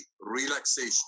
relaxation